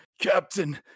Captain